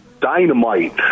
dynamite